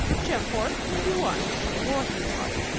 champfort, whom do you want or what do you want?